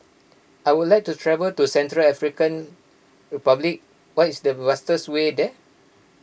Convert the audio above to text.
I would like to travel to Central African Republic what is the fastest way there